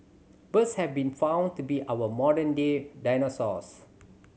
birds have been found to be our modern day dinosaurs